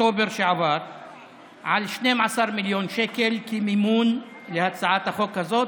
באוקטובר שעבר על 12 מיליוני שקלים כמימון להצעת החוק הזאת,